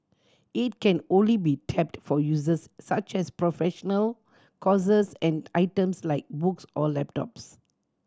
it can only be tapped for uses such as professional courses and items like books or laptops